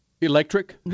Electric